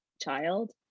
child